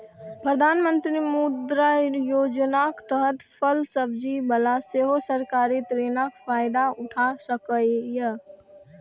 प्रधानमंत्री मुद्रा योजनाक तहत फल सब्जी बला सेहो सरकारी ऋणक फायदा उठा सकैए